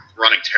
running